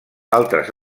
altres